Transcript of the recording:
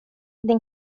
din